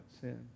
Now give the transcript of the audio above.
sin